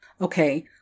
Okay